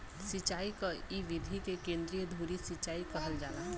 सिंचाई क इ विधि के केंद्रीय धूरी सिंचाई कहल जाला